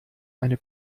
eine